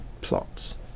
plots